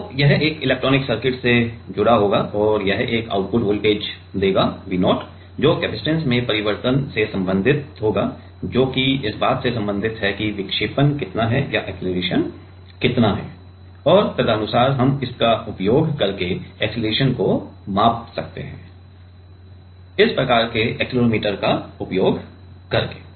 तो यह एक इलेक्ट्रॉनिक सर्किट से जुड़ा होगा और यह एक आउटपुट वोल्टेज देगा V0 जो कपसिटंस में परिवर्तन से संबंधित होगा जो कि इस बात से संबंधित है कि विक्षेपण कितना है या अक्सेलरेशन कितना है और तदनुसार हम इसका उपयोग करके अक्सेलरेशन को माप सकते हैं इस प्रकार के एक्सेलेरोमीटर का प्रयोग करके